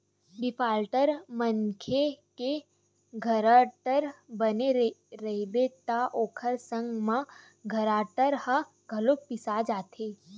defaulter मनखे के guarantor बने रहिबे त ओखर संग म गारंटर ह घलो पिसा जाथे